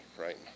right